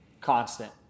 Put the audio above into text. Constant